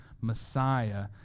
Messiah